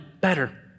better